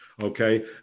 okay